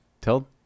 Tell